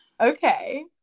okay